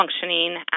functioning